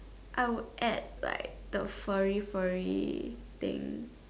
I would add like the furry furry thing